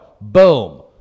Boom